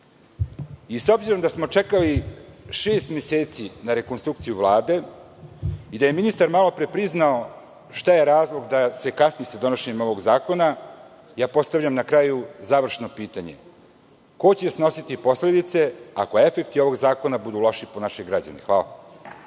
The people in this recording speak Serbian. S obzirom da smo čekali šest meseci na rekonstrukciju Vlade i da je ministar malo pre priznao šta je razlog da se kasni sa donošenjem ovog zakona, postavljam na kraju završno pitanje - ko će snositi posledice ako efekti ovog zakona budu loši po naše građane? Hvala.